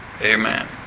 Amen